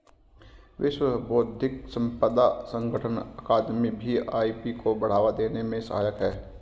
विश्व बौद्धिक संपदा संगठन अकादमी भी आई.पी को बढ़ावा देने में सहायक है